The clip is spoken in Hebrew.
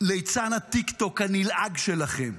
ליצן הטיקטוק הנלעג שלכם,